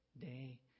day